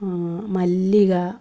മല്ലിക